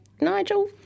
nigel